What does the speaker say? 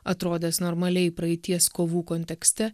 atrodęs normaliai praeities kovų kontekste